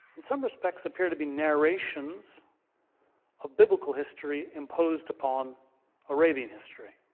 some respects appear to be narrations of biblical history imposed upon arabian history.